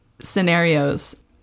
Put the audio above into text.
scenarios